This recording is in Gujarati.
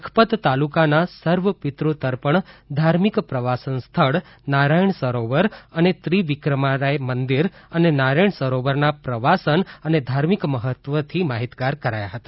લખપત તાલુકાના સર્વપિતૃતર્પણ ધાર્મિક પ્રવાસન સ્થળ નારાયણ સરોવર અને ત્રિવિક્રમરાથ મંદિર અને નારાયણ સરોવરના પ્રવાસન અને ધાર્મિક મહત્ત્વથી માહિતગાર કરાયા હતા